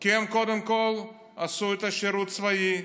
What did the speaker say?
כי הם קודם כול עשו את השירות הצבאי,